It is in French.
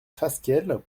fasquelle